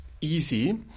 easy